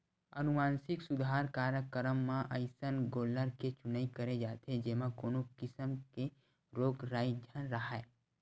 अनुवांसिक सुधार कार्यकरम म अइसन गोल्लर के चुनई करे जाथे जेमा कोनो किसम के रोग राई झन राहय